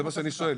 זה מה שאני שואל.